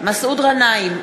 מסעוד גנאים,